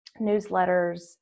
newsletters